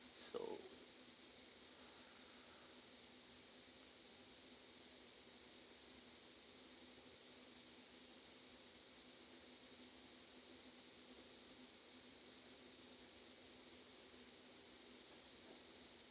so